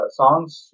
songs